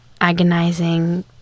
agonizing